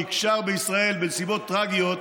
נקשר בישראל בנסיבות טרגיות,